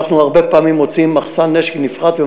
אנחנו הרבה פעמים מוצאים שנפרץ מחסן נשק